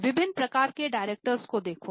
विभिन्न प्रकार के डायरेक्टर को देखें